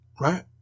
Right